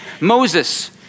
Moses